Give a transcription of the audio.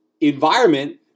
environment